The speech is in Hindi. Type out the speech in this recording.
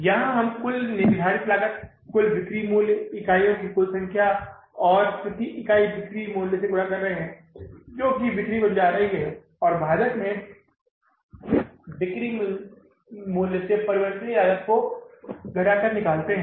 यहां हम कुल निर्धारित लागत कुल बिक्री मूल्य इकाइयों की कुल संख्या प्रति इकाई बिक्री मूल्य से गुणा कर रहे हैं जो कि बिक्री बन जाती है और भाजक बिक्री में से परिवर्तनीय लागत घटाकर निकलता है